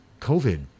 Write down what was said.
COVID